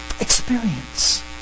experience